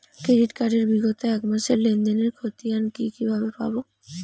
Credit card এর বিগত এক মাসের লেনদেন এর ক্ষতিয়ান কি কিভাবে পাব?